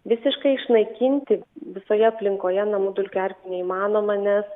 visiškai išnaikinti visoje aplinkoje namų dulkių erkių neįmanoma nes